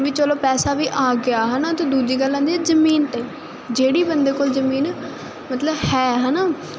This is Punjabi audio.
ਵੀ ਚਲੋ ਪੈਸਾ ਵੀ ਆ ਗਿਆ ਹਨਾ ਤੇ ਦੂਜੀ ਗੱਲ ਆਦੀ ਜਮੀਨ ਤੇ ਜਿਹੜੀ ਬੰਦੇ ਕੋਲ ਜਮੀਨ ਮਤਲਬ ਹੈ ਹਨਾ